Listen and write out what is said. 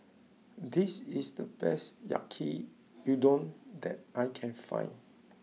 this is the best Yaki Udon that I can find